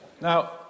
Now